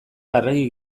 larregi